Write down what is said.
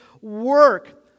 work